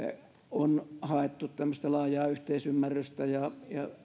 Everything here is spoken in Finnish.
on haettu tämmöistä laajaa yhteisymmärrystä ja